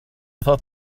thought